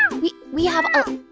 ah we we have a